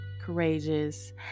courageous